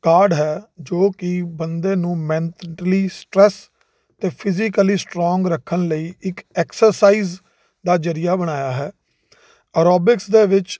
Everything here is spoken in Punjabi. ਕਾਢ ਹੈ ਜੋ ਕਿ ਬੰਦੇ ਨੂੰ ਮੈਂਟਲੀ ਸਟਰੈੱਸ ਅਤੇ ਫਿਜ਼ੀਕਲੀ ਸਟਰੋਂਗ ਰੱਖਣ ਲਈ ਇੱਕ ਐਕਸਰਸਾਈਜ਼ ਦਾ ਜ਼ਰੀਆ ਬਣਾਇਆ ਹੈ ਅਰੋਬਿਕਸ ਦੇ ਵਿੱਚ